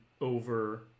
over